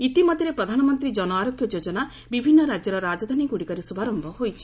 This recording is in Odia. ଇତିମଧ୍ୟରେ ପ୍ରଧାନମନ୍ତ୍ରୀ ଜନ ଆରୋଗ୍ୟ ଯୋଜନା ବିଭିନ୍ନ ରାଜ୍ୟର ରାଜଧାନୀଗୁଡ଼ିକରେ ଶୁଭାରମ୍ଭ ହୋଇଛି